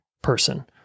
person